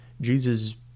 Jesus